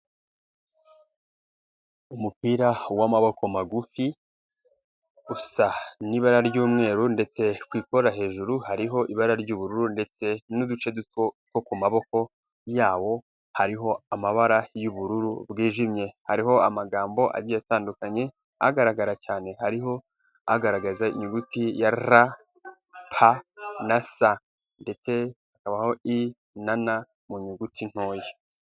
Umupira w'amaboko magufi usa n'ibara ry'umweru ndetse ku ikora hejuru hariho ibara ry'ubururu ndetse n'uduce duto two ku maboko yawo hariho amabara y'ubururu bwijimye hariho amagambo agiye atandukanye agaragara cyane hariho agaragaza inyuguti ya ra, pa na sa ndetse hakabaho i na na mu nyuguti ntoya.